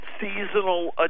seasonal